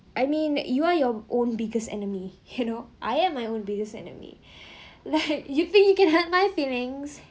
I mean you are your own biggest enemy you know I'm I'm own biggest enemy like you thinking hurt my feelings